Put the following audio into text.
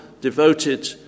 devoted